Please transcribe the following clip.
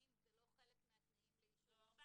ראשוניים זה לא חלק מהתנאים לאישור --- לא.